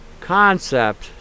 concept